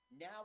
Now